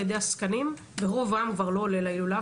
ידי עסקנים ורוב העם כבר לא עולה להילולה.